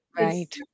Right